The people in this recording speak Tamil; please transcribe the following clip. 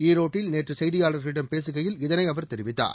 ஈரோட்டில் நேற்று செய்தியாளர்களிடம் பேசுகையில் இதனை அவர் தெரிவித்தார்